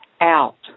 out